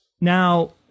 now